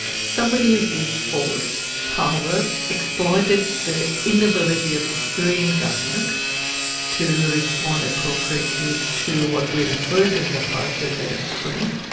somebody ahs used force, power, exploited the inability of the syrian government to respond appropriately to what we refer to in the past as the arab spring,